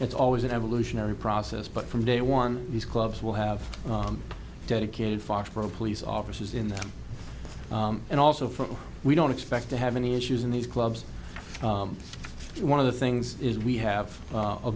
it's always an evolutionary process but from day one these clubs will have dedicated foxborough police officers in there and also for we don't expect to have any issues in these clubs one of the things is we have